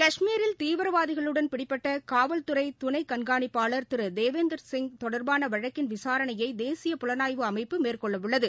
கஷ்மீரில் தீவிரவாதிகளுடன் பிடிபட்ட காவல்துறை துணை கண்காணிப்பாளர் திரு தேவிந்தர் சிங் தொடர்பான வழக்கின் விசாரணையை தேசிய புலனாய்வு அமைப்பு மேற்கொள்ளவுள்ளது